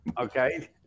okay